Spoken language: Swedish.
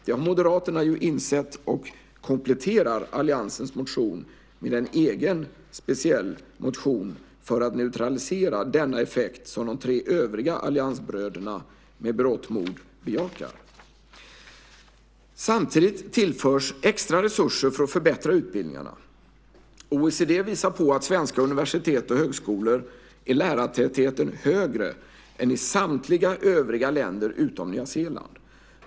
Det har Moderaterna insett, och de kompletterar alliansens motion med en egen, speciell motion för att neutralisera denna effekt som de tre övriga alliansbröderna med berått mod bejakar. Samtidigt tillförs extra resurser för att förbättra utbildningarna. OECD visar på att i svenska universitet och högskolor är lärartätheten högre än i samtliga övriga länder utom Nya Zeeland.